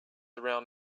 around